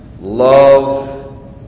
love